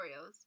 Oreos